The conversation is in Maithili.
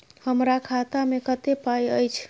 हमरा खाता में कत्ते पाई अएछ?